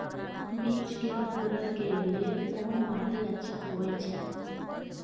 बीज के अंकुरण के लेल कोन माटी अच्छा होय छै?